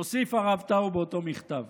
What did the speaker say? מוסיף הרב טאו באותו מכתב: